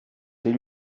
tes